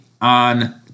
on